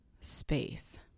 space